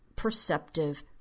perceptive